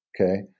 okay